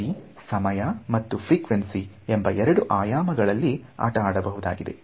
ಈ ರೀತಿ ಸಮಯ ಮತ್ತು ಫ್ರಿಕ್ವೆನ್ಸಿ ಎಂಬ ಎರಡು ಆಯಾಮಗಳಲ್ಲಿ ಆಟ ಅಡಬಹುದಾಗಿದೆ